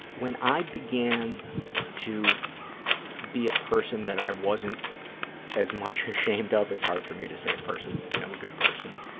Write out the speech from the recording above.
when i began to be a person that i wasn't as much ashamed of, it's hard for me to say a person, you know, a good person,